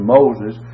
Moses